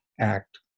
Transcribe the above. act